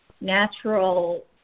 natural